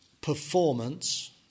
Performance